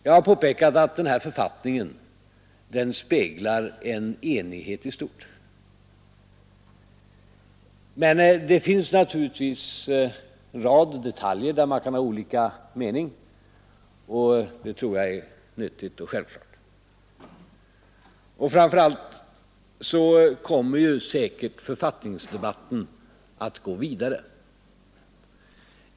Jag har påpekat att den här författningen speglar en enighet i stort Men det finns naturligtvis en rad detaljer där man kan ha olika mening, och det tror jag är nyttigt och självklart. Framför allt kommer säkert författningsdebatten att gå vidare.